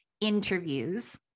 interviews